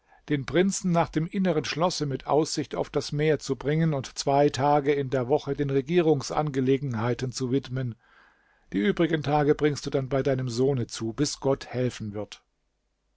den prinzen nach dem inneren schlosse mit aussicht auf das meer zu bringen und zwei tage in der woche den regierungsangelegenheiten zu widmen die übrigen tage bringst du dann bei deinem sohne zu bis gott helfen wird